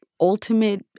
ultimate